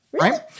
Right